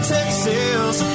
Texas